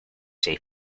say